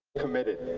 committed.